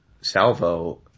salvo